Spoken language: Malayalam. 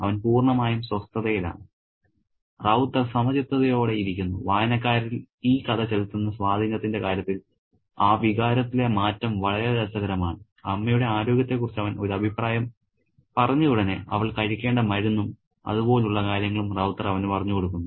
അവൻ പൂർണ്ണമായും സ്വസ്ഥതയിലാണ് റൌത്തർ സമചിത്തതയോടെ ഇരിക്കുന്നു വായനക്കാരിൽ ഈ കഥ ചെലുത്തുന്ന സ്വാധീനത്തിന്റെ കാര്യത്തിൽ ആ വികാരത്തിലെ മാറ്റം വളരെ രസകരമാണ് അമ്മയുടെ ആരോഗ്യത്തെക്കുറിച്ച് അവൻ ഒരു അഭിപ്രായം പറഞ്ഞയുടനെ അവൾ കഴിക്കേണ്ട മരുന്നും അതുപോലുള്ള കാര്യങ്ങളും റൌത്തർ അവന് പറഞ്ഞ് കൊടുക്കുന്നു